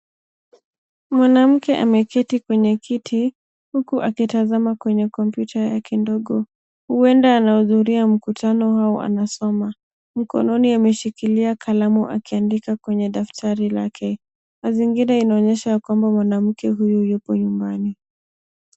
Mwanamke ameketi kwenye kiti huku akitazama kwenye kompyuta yake ndogo huenda anahudhuria mkutano au anasoma mkononi ameshikilia kalamu akiandika kwenye daftari lake mazingira inaonyesha kwamba mwanamke huyu yupo nyumbani.